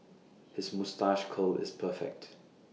his moustache curl is perfect